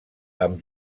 amb